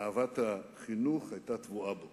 אהבת החינוך היתה טבועה בו